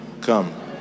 Come